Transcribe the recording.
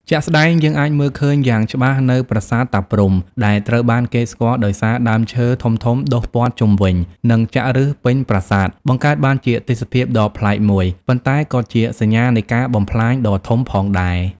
ជាក់ស្ដែង យើងអាចមើលឃើញយ៉ាងច្បាស់នៅប្រាសាទតាព្រហ្ម ដែលត្រូវបានគេស្គាល់ដោយសារដើមឈើធំៗដុះព័ទ្ធជុំវិញ និងចាក់ឬសពេញប្រាសាទ បង្កើតបានជាទេសភាពដ៏ប្លែកមួយ ប៉ុន្តែក៏ជាសញ្ញានៃការបំផ្លាញដ៏ធំផងដែរ។